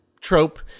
trope